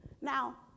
Now